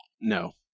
No